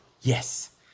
yes